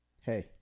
Hey